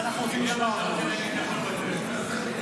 בבקשה.